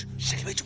shakeel